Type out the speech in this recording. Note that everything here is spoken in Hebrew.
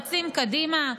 רצים קדימה,